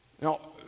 Now